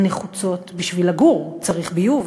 הנחוצות בשביל לגור: צריך ביוב,